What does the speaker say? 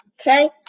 Okay